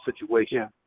situation